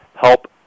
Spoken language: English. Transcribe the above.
help